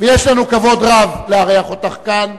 ויש לנו כבוד רב לארח אותך כאן,